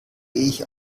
ich